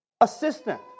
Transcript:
Assistant